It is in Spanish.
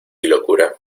locura